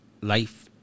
life